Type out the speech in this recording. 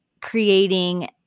creating